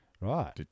right